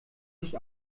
sich